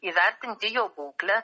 įvertinti jo būklę